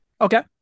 Okay